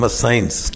science